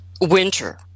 Winter